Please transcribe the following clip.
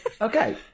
Okay